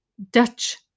Dutch